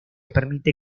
permite